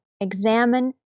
Examine